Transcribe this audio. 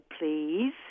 please